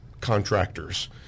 contractors